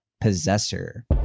Possessor